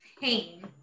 pain